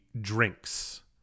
drinks